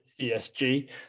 ESG